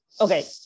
Okay